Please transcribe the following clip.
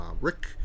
Rick